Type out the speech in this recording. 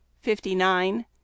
fifty-nine